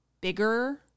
bigger